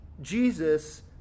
Jesus